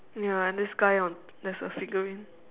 ya and this guy on there's a figurine